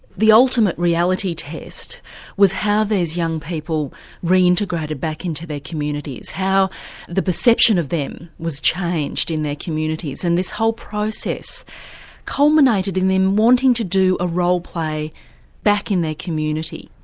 the ultimate reality test was how these young people reintegrated back into their communities, how the perception of them was changed in their communities and this whole process culminated in them wanting to do a roleplay back in their community.